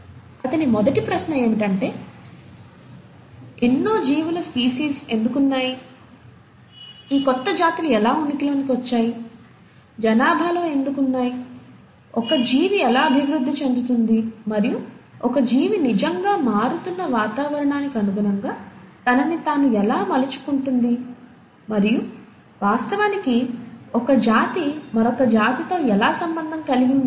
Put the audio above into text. అతని మొదటి ప్రశ్న ఏమిటంటే ఎన్నో జీవుల స్పీసీస్ ఎందుకు ఉన్నాయి ఈ కొత్త జాతులు ఎలా ఉనికిలోకి వచ్చాయి జనాభాలో ఎందుకు ఉన్నాయి ఒక జీవి ఎలా అభివృద్ధి చెందుతుంది మరియు ఒక జీవి నిజంగా మారుతున్న వాతావరణానికి అనుగుణంగా తనని తాను ఎలా మలుచుకుంటుంది మరియు వాస్తవానికి ఒక జాతి మరొక జాతితో ఎలా సంబంధం కలిగి ఉంటుంది